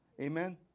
amen